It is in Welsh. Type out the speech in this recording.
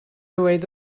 ddweud